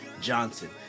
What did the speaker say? Johnson